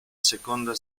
seconda